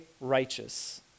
righteous